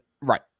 Right